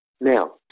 Now